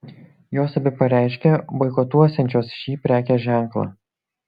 jos abi pareiškė boikotuosiančios šį prekės ženklą